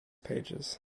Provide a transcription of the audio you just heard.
pages